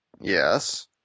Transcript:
Yes